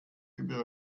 über